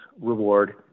reward